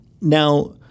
Now